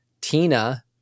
Tina